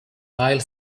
aisle